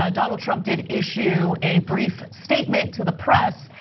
ah donald trump did issue a brief statement to the press.